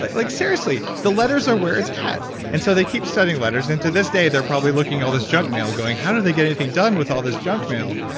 like like seriously, the letters are where it's at and so they keep sending letters, and to this day, they're probably looking at all this junk mail going, how do they get anything done with all this junk mail?